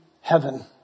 heaven